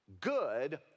Good